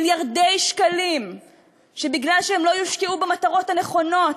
מיליארדי שקלים שבגלל שהם לא יושקעו במטרות הנכונות,